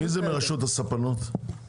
מרשות הספנות,